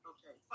Okay